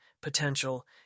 potential